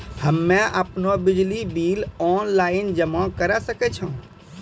हम्मे आपनौ बिजली बिल ऑनलाइन जमा करै सकै छौ?